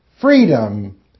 freedom